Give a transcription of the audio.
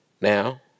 Now